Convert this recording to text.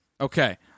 Okay